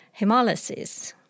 hemolysis